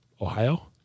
Ohio